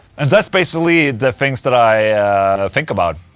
and that's basically the things that i think about